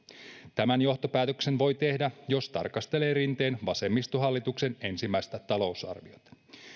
tämän johtopäätöksen voi tehdä jos tarkastelee rinteen vasemmistohallituksen ensimmäistä talousarviota